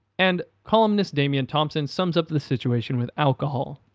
and, columnist damian thompson sums up the situation with alcohol,